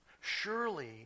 Surely